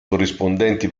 corrispondenti